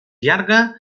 llarga